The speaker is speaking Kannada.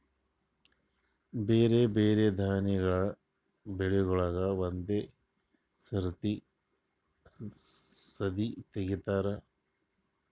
ಬ್ಯಾರೆ ಬ್ಯಾರೆ ದಾನಿಗಳ ಬೆಳಿಗೂಳಿಗ್ ಒಂದೇ ಸರತಿ ಸದೀ ತೆಗಿತಾರ